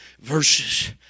verses